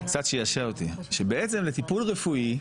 קצת שעשע אותי שבעצם לטיפול רפואי,